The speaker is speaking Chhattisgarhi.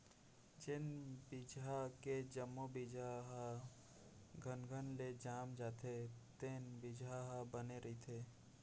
जेन बिजहा के जम्मो बीजा ह घनघन ले जाम जाथे तेन बिजहा ह बने रहिथे